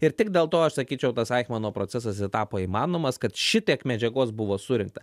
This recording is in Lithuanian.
ir tik dėl to aš sakyčiau tas aichmano procesas ir tapo įmanomas kad šitiek medžiagos buvo surinkta